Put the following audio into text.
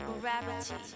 gravity